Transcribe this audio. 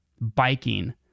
biking